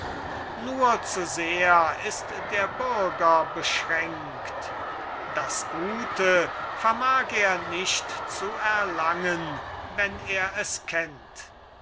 nur zu sehr ist der bürger beschränkt das gute vermag er nicht zu erlangen wenn er es kennt